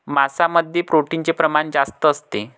मांसामध्ये प्रोटीनचे प्रमाण जास्त असते